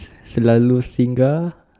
selalu singgah